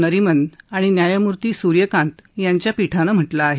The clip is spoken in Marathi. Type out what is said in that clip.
नरीमन आणि न्यायमूर्ती सूर्यकांत यांच्या पीठानं म्हटलं आहे